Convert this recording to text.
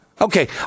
okay